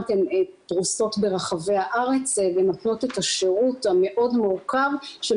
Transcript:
פרושות ברחבי הארץ ונותנות את השירות המאוד מורכב של